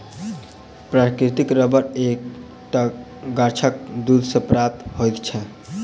प्राकृतिक रबर एक टा गाछक दूध सॅ प्राप्त होइत छै